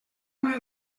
una